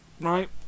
Right